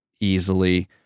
easily